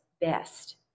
best